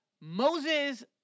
Moses